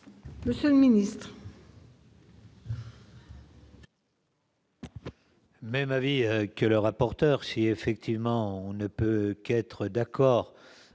Monsieur le ministre